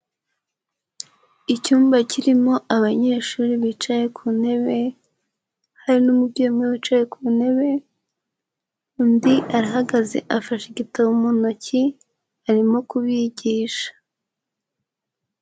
Icyumba kirimo abanyeshuri bicaye ku ntebe, hari n'umubyeyi umwe wicaye ku ntebe, undi arahagaze afashe igitabo mu ntoki arimo kubigisha.